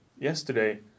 yesterday